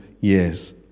years